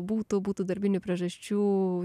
būtų būtų darbinių priežasčių